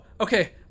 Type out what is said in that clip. okay